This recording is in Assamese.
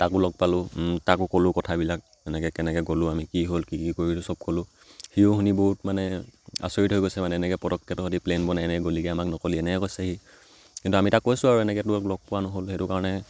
তাকো লগ পালোঁ তাকো ক'লোঁ কথাবিলাক এনেকৈ কেনেকৈ গ'লোঁ আমি কি হ'ল কি কি কৰিলো চব ক'লোঁ সিও শুনি বহুত মানে আচৰিত হৈ গৈছে মানে এনেকৈ পটককৈ তহঁতি প্লেন বনাই এনেকৈ গ'লিগৈ আমাক নক'লি এনেকৈ কৈছে সি কিন্তু আমি তাক কৈছোঁ আৰু এনেকেতো লগ পোৱা নহ'ল সেইটো কাৰণে